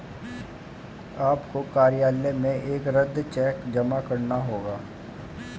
आपको कार्यालय में एक रद्द चेक जमा करना होगा